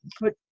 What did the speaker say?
put